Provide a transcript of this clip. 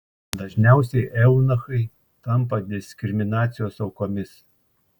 dažniausiai eunuchai tampa diskriminacijos aukomis